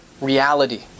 reality